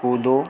कूदो